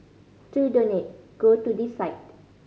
to donate go to this site